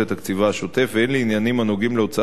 הצעת חוק נכסים של נספי השואה (השבה ליורשים והקדשה למטרות